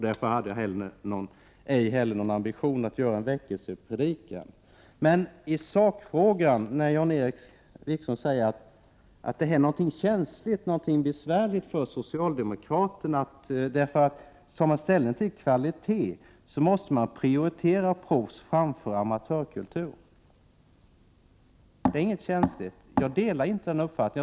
Därför hade jag inte heller ambitionen att hålla någon väckelsepredikan. Så till sakfrågan. Jan-Erik Wikström sade att det här är känsligt och besvärligt för socialdemokraterna, därför att tar man ställning till kvalitet måste man prioritera proffs framför amatörer. Det är inget känsligt. Jag delar inte den uppfattningen.